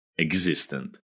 existent